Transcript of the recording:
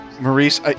Maurice